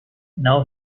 now